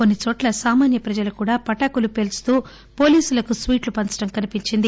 కొన్సి చోట్ల సామాన్య ప్రజలు కూడా పటాకులు పేల్చుతూ పోలీసులకు స్వీట్లు పంచడం కనిపించింది